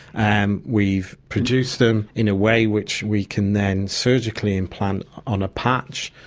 and we've produced them in a way which we can then surgically implant on a patch.